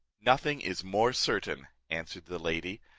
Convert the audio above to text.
nothing is more certain, answered the lady.